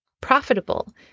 profitable